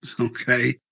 Okay